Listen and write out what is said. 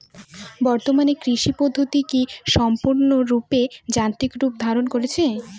বর্তমানে কৃষি পদ্ধতি কি সম্পূর্ণরূপে যান্ত্রিক রূপ ধারণ করেছে?